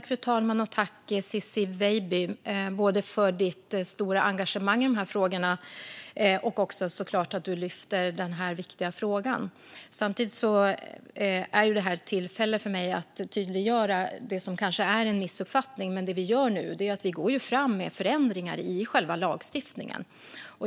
Fru talman! Tack, Ciczie Weidby, både för ditt stora engagemang i de här frågorna och såklart för att du tar upp den här viktiga frågan! Samtidigt är det här ett tillfälle för mig att tydliggöra något som kanske missuppfattats. Det vi gör nu är att gå fram med förändringar i själva lagstiftningen.